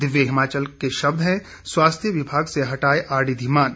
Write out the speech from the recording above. दिव्य हिमाचल के शब्द हैं स्वास्थ्य विभाग से हटाए आरडी धीमान